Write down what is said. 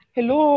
Hello